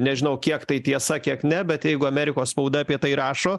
nežinau kiek tai tiesa kiek ne bet jeigu amerikos spauda apie tai rašo